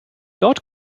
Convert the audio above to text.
dort